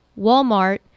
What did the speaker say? Walmart